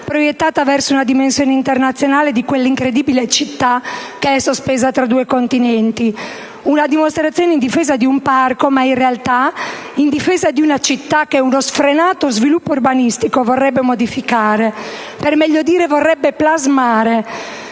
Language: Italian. proiettata verso la dimensione internazionale di quella incredibile città sospesa tra due continenti. Una dimostrazione in difesa di un parco, ma in realtà in difesa di una città che uno sfrenato sviluppo urbanistico vorrebbe modificare, per meglio dire plasmare,